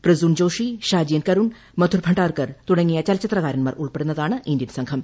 Prasoon Joshi Shaji N Karun Madhur Bhandarkar തുടങ്ങിയ ചലച്ചിത്ര കാരന്മാർ ഉൾപ്പെടുന്നതാണ് ഇന്ത്യൻ സംഘം